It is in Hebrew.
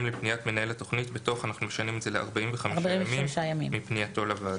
לפניית מנהל התוכנית בתוך 45 ימים מפנייתו לוועדה.